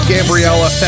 Gabriella